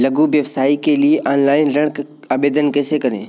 लघु व्यवसाय के लिए ऑनलाइन ऋण आवेदन कैसे करें?